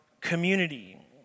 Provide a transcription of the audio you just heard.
community